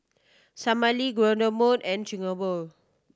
Salami and Chigenabe